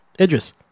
Idris